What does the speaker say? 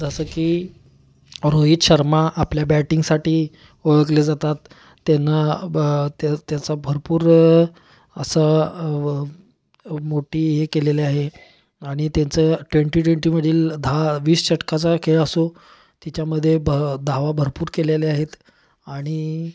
जसं की रोहित शर्मा आपल्या बॅटिंगसाठी ओळखले जातात त्यांना ब ते त्याचा भरपूर असं मोठी हे केलेले आहे आणि त्यांचं ट्वेंटी ट्वेंटीमधील दहा वीस षटकाचा खेळ असो तिच्यामध्ये भ धावा भरपूर केलेल्या आहेत आणि